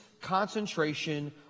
concentration